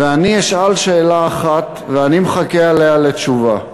אני אשאל שאלה אחת, ואני מחכה לתשובה עליה: